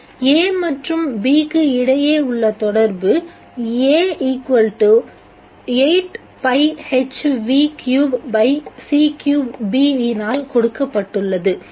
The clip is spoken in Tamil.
A மற்றும் B க்கு இடையே உள்ள தொடர்பு வினால் கொடுக்கப்பட்டுள்ளது